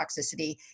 toxicity